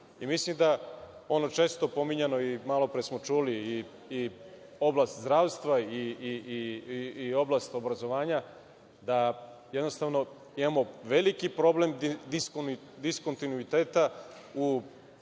nas. Mislim da ono često pominjano, i malopre smo čuli, oblast zdravstva i oblast obrazovanja, da jednostavno imamo veliki problem diskontinuiteta u